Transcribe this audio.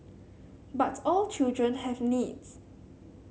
but all children have needs